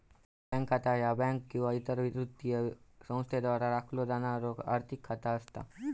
bank खाता ह्या bank किंवा इतर वित्तीय संस्थेद्वारा राखलो जाणारो आर्थिक खाता असता